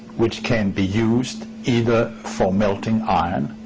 which can be used either for melting iron.